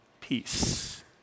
peace